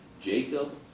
Jacob